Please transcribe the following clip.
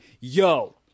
yo